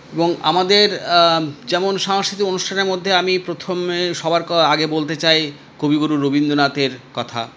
এবং আমাদের যেমন সাংস্কৃতিক অনুষ্ঠানের মধ্যে আমি প্রথমে সবার আগে বলতে চাই কবিগুরু রবীন্দ্রনাথের কথা